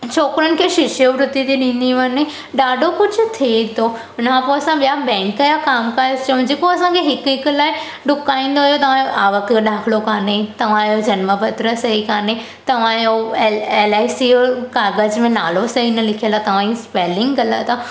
छोकरनि खे शिक्षावृत्ति थी ॾिनी वञे ॾाढो कुझु थिए थो हिनखां पोइ असां बैंक जा काम काॼ जेको असांखे हिक हिक लाइ ॾुकाईंदा हुया त तव्हांजो अव्हां ॾाखिलो काने तव्हांजो जनम पत्र सही काने तव्हांजो एल एल आइ सी जो काॻज़ में नालो सही सां न लिखियल आहे तव्हांजी स्पेलिंग ग़लति आहे